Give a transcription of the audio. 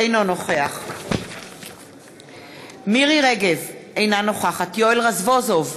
אינו נוכח מירי רגב, אינה נוכחת יואל רזבוזוב,